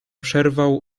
przerwał